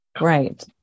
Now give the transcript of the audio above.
right